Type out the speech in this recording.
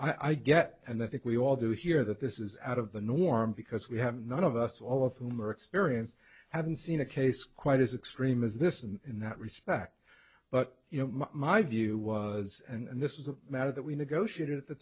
i get and i think we all do here that this is out of the norm because we have none of us all of whom are experienced haven't seen a case quite as extreme as this and in that respect but you know my view was and this was a matter that we negotiated at the